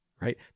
right